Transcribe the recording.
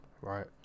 right